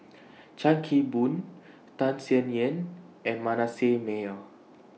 Chan Kim Boon Tham Sien Yen and Manasseh Meyer